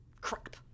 crap